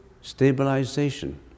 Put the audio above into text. stabilization